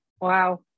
Wow